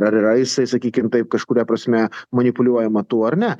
ar yra jisai sakykim taip kažkuria prasme manipuliuojama tuo ar ne